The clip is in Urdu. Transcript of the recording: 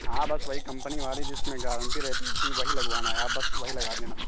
ہاں بس وہی کمپنی والی جس میں گارنٹی رہتی ہے اسی وہی لگوانا ہے آپ بس وہی لگا دینا